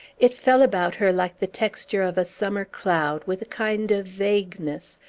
it fell about her like the texture of a summer cloud, with a kind of vagueness,